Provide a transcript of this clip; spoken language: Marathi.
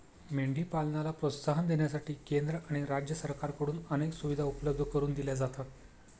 मेंढी पालनाला प्रोत्साहन देण्यासाठी केंद्र आणि राज्य सरकारकडून अनेक सुविधा उपलब्ध करून दिल्या जातात